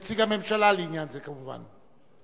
כנציג הממשלה לעניין זה, כמובן.